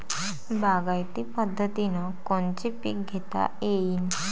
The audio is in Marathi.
बागायती पद्धतीनं कोनचे पीक घेता येईन?